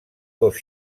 dos